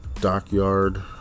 Dockyard